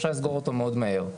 אפשר לסגור אותו מאוד מהר.